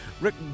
Rick